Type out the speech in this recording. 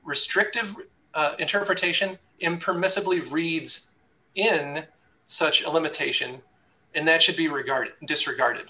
restrictive interpretation impermissibly reads in such a limitation and that should be regarded disregarded